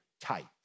tight